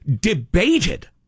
debated